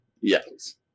Yes